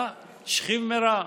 אתה, שכיב מרע?